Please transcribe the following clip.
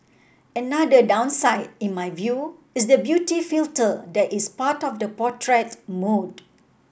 another downside in my view is the beauty filter that is part of the portrait mode